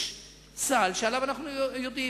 יש סל שעליו אנחנו יודעים.